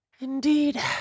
Indeed